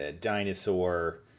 dinosaur